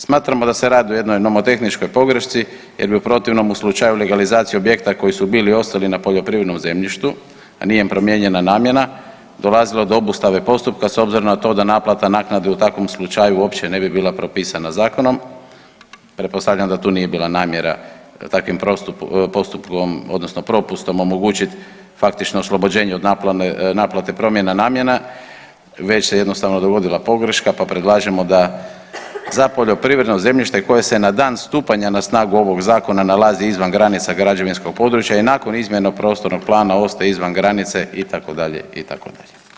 Smatramo da se radi o jednoj nomotehničkoj pogrešci jer bi u protivnom u slučaju legalizacije objekta koji su bili i ostali na poljoprivrednom zemljištu, a nije im promijenjena namjena dolazilo do obustave postupka s obzirom na to da naplata naknade u takvom slučaju uopće ne bi bila propisana zakonom, pretpostavljam da tu nije bila namjera takvim postupkom odnosno propustom omogućit faktično oslobođenje od naplate promjena namjene već se jednostavno dogodila pogreška, pa predlažemo da za poljoprivredno zemljište koje se na dan stupanja na snagu ovog zakona nalazi izvan granica građevinskog područja i nakon izmjena u prostornom planu ostaje izvan granice itd., itd.